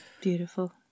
Beautiful